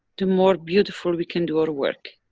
the more beautiful we can do our work.